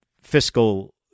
fiscal